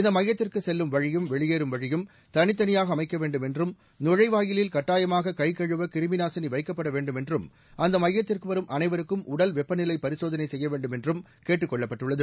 இந்த மையத்திற்கு செல்லும் வழியும் வெளியேறும் வழியும் தனித்தனியாக அமைக்க வேண்டும் என்றும் நுழைவாயிலில் கட்டாயமாக கைகழுவ கிருமி நாசினி வைக்கப்பட வேண்டும் என்றும் அந்த மையத்திற்கு வரும் அனைவருக்கும் உடல் வெப்பநிலை பரிசோதனை செய்ய வேண்டும் என்றும் கேட்டுக் கொள்ளப்பட்டுள்ளது